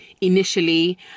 initially